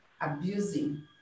abusing